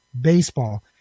baseball